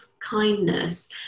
kindness